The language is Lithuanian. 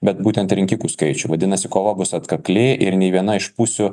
bet būtent rinkikų skaičių vadinasi kova bus atkakli ir nei viena iš pusių